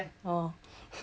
oh